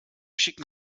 schicken